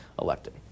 elected